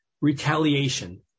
retaliation